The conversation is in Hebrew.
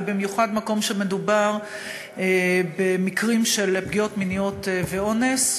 ובמיוחד מקום שמדובר במקרים של פגיעות מיניות ואונס,